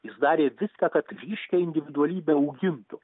jis darė viską kad ryškią individualybę augintų